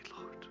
Lord